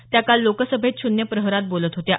त्या काल लोकसभेत शून्य प्रहरात बोलत होत्या